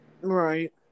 Right